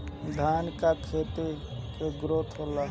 धान का खेती के ग्रोथ होला?